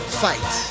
fight